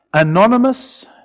Anonymous